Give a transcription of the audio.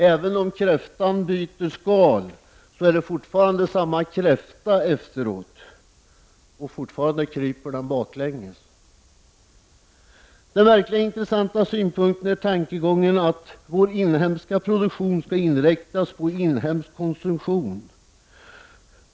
Även om kräftan ömsar skal, är det fortfarande samma kräfta efteråt, och fortfarande kryper den baklänges. Den verkligt intressanta synpunkten är tankegången att vår inhemska produktion skall inriktas på inhemsk konsumtion.